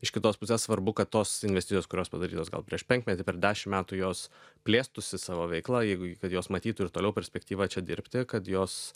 iš kitos pusės svarbu kad tos investicijos kurios padarytos gal prieš penkmetį per dešim metų jos plėstųsi savo veiklą jeigu kad jos matytų ir toliau perspektyvą čia dirbti kad jos